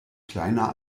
kleiner